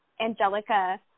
Angelica